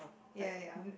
ya ya